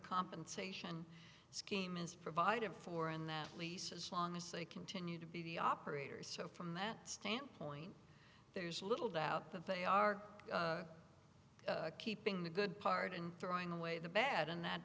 compensation scheme is provided for in that lease as long as they continue to be the operators so from that standpoint there is little doubt that they are keeping the good part in throwing away the bad and that